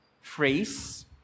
phrase